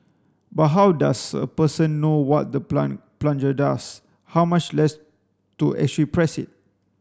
but how does a person know what the plunger does how much less to actually press it